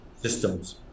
systems